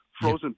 frozen